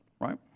Right